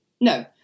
no